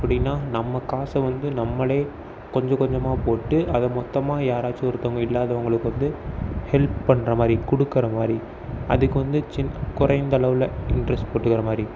அப்படின்னா நம்ம காசை வந்து நம்மளே கொஞ்சம் கொஞ்சமாக போட்டு அதை மொத்தமாக யாராச்சும் ஒருத்தங்க இல்லாதவுங்களுக்கு வந்து ஹெல்ப் பண்ணுற மாதிரி கொடுக்கற மாதிரி அதுக்கு வந்து சின்ன குறைந்தளவுல இன்ட்ரெஸ்ட் போட்டுக்கிற மாதிரி